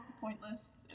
pointless